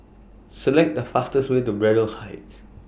Select The fastest Way to Braddell Heights